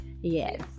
Yes